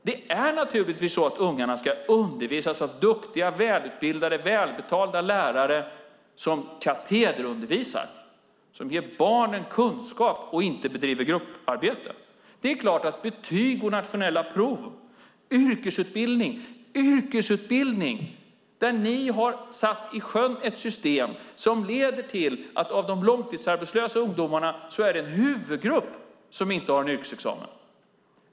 Det är naturligtvis så att ungarna ska undervisas av duktiga, välutbildade och välbetalda lärare som katederundervisar. De ska ge barnen kunskap och inte bedriva grupparbete. Det handlar om betyg och nationella prov - och yrkesutbildning. Ni har satt i sjön ett system som leder till att en huvudgrupp av de långtidsarbetslösa ungdomarna inte har en yrkesexamen.